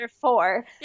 four